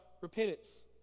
repentance